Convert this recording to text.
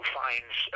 finds